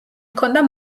ჰქონდა